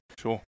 Sure